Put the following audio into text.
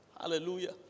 Hallelujah